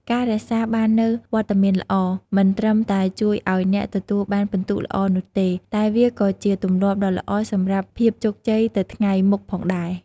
ការរក្សាបាននូវវត្តមានល្អ មិនត្រឹមតែជួយឱ្យអ្នកទទួលបានពិន្ទុល្អនោះទេ តែវាក៏ជាទម្លាប់ដ៏ល្អសម្រាប់ភាពជោគជ័យទៅថ្ងៃមុខផងដែរ។